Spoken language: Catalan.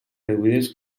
reduïdes